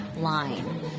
line